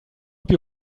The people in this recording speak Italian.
più